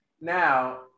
Now